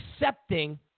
accepting